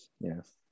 Yes